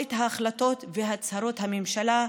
את החלטות והצהרות הממשלה,